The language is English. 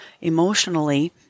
emotionally